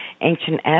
ancient